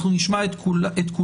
אנחנו נשמע את כולם.